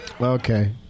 Okay